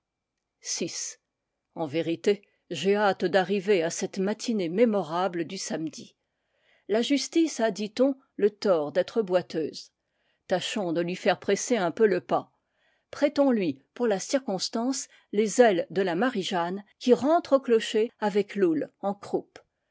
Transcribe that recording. en vérité j'ai hâte d'arriver à cette matinée mémorable du samedi la justice a dit-on le tort d'être boiteuse tâchons de lui faire presser un peu le pas prêtons lui pour la cir constance les ailes de la marie-jeanne qui rentre au clocher avec loull en croupe